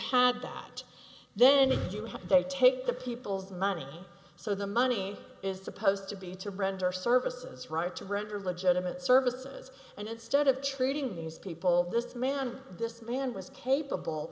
had that then you have they take the people's money so the money is supposed to be to render services right to render legitimate services and instead of treating these people this man this man was capable